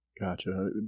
Gotcha